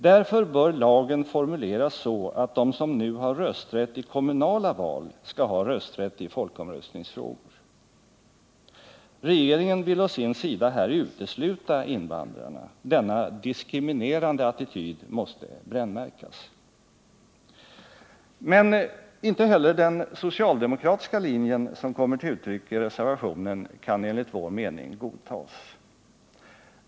Därför bör lagen formuleras så att de som har rösträtt i kommunala val skall ha rösträtt i folkomröstningsfrågor. Regeringen vill å sin sida här utesluta invandrarna. Denna diskriminerande attityd måste brännmärkas. Men inte heller den socialdemokratiska linjen, som kommer till uttryck i reservationen, kan godtas.